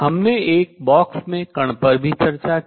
हमने एक बॉक्स में कण पर भी चर्चा की